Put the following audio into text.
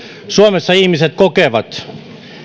suomessa ihmiset kokevat